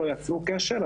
לא יצרו קשר,